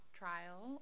trial